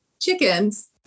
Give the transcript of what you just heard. chickens